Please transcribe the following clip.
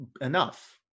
enough